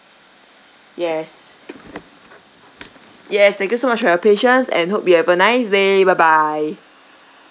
yes yes thank you so much for your patience and hope you have a nice day bye bye